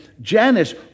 Janice